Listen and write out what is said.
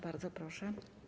Bardzo proszę.